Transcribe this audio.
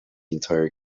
entire